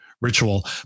ritual